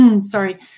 sorry